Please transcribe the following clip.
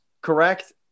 correct